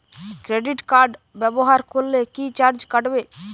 Credit card ব্যাবহার করলে কি চার্জ কাটবে?